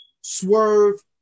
swerve